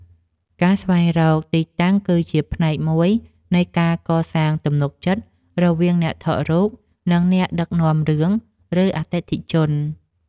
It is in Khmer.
ការស្វែងរកទីតាំងគឺជាផ្នែកមួយនៃការកសាងទំនុកចិត្តរវាងអ្នកថតរូប និងអ្នកដឹកនាំរឿង ឬអតិថិជន។